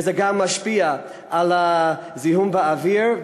וזה גם משפיע על זיהום האוויר.